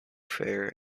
fair